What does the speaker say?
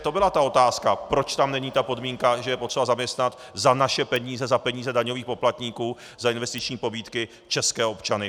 To byla ta otázka, proč tam není podmínka, že je potřeba zaměstnat za naše peníze, za peníze daňových poplatníků, za investiční pobídky české občany.